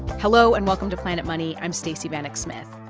hello, and welcome to planet money. i'm stacey vanek smith.